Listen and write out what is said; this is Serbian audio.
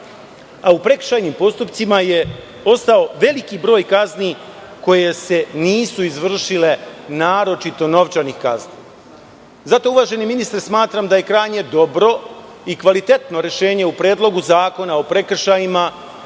U prekršajnim postupcima je ostao veliki broj kazni koje se nisu izvršile, naročito novčanih kazni. Uvaženi ministre, smatram da je krajnje dobro i kvalitetno rešenje u Predlogu zakona o prekršajima